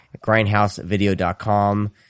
GrindhouseVideo.com